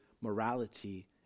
morality